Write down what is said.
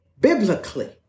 biblically